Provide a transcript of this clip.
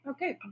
Okay